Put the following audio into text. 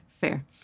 Fair